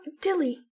dilly